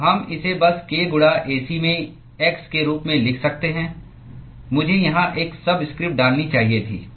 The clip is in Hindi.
तो हम इसे बस k गुणा Ac में x के रूप में लिख सकते हैं मुझे यहां एक सबस्क्रिप्ट डालनी चाहिए थी